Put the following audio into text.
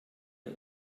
der